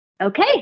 Okay